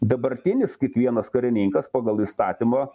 dabartinis kiekvienas karininkas pagal įstatymą